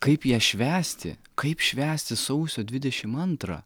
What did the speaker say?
kaip ją švęsti kaip švęsti sausio dvidešim antrą